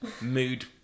Mood